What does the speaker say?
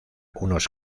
unos